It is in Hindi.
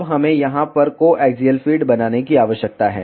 अब हमें यहाँ पर कोएक्सियल फ़ीड बनाने की आवश्यकता है